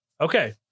okay